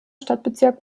stadtbezirk